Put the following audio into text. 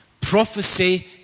Prophecy